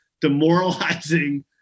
demoralizing